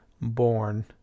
born